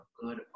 good